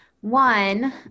One